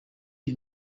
iyi